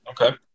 Okay